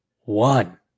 One